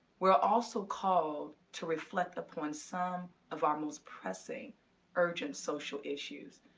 we are also call to reflect upon some of our most pressing urgent social issues.